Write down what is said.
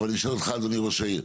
אני שואל אותך, ראש העיר,